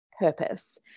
purpose